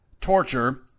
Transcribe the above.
torture